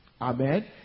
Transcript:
Amen